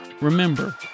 remember